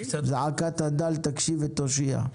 זעקת הדל תקשיב ותושיע.